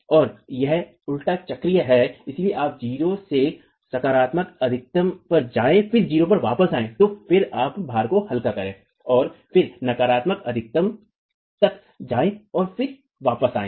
और यह उलटा चक्रीय है इसलिए आप 0 से सकारात्मक अधिकतम पर जाएं फिर 0 पर वापस आएं तो फिर आप भार को हल्का करें और फिर नकारात्मक अधिकतम तक जाने और वापस आयें